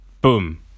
Boom